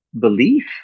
belief